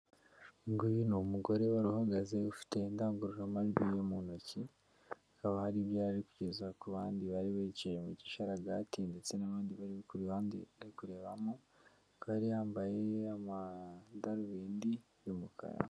Uyu nguyu ni umugore wari uhagaze ufite indangururamajwi ye mu ntoki, hakaba hari ibyo yari ari kugeza ku bandi bari bicaye mu gisharagati ndetse n'abandi bari ku ruhande ari kurebamo, akaba yari yambaye amadarubindi y'umukara.